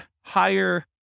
higher